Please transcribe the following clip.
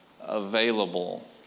available